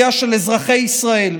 לפעול לביטול אזרחות ולמנוע זכויות,